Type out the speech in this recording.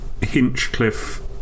Hinchcliffe